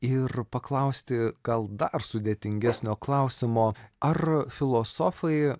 ir paklausti gal dar sudėtingesnio klausimo ar filosofai